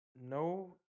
no